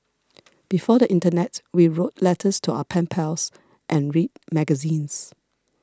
before the internet we wrote letters to our pen pals and read magazines